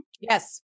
Yes